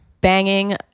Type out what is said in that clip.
Banging